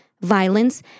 violence